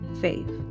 faith